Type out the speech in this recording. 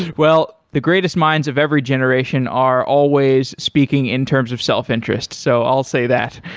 well, the greatest minds of every generation are always speaking in terms of self-interest, so i'll say that.